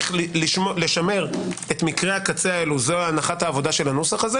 יש לשמר את מקרי הקצה האלה זו הנחת העבודה של הנוסח הזה